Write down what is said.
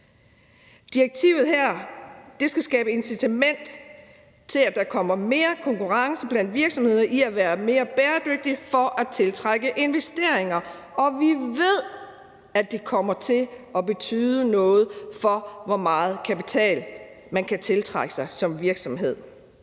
Direktivet her skal skabe incitament til, at der kommer mere konkurrence blandt virksomhederne i at være mere bæredygtige for at tiltrække investeringer. Og vi ved, at det kommer til at betyde noget for, hvor meget kapital man kan tiltrække som virksomhed.